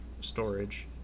storage